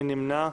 מי נמנע?